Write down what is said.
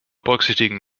berücksichtigen